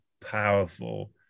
powerful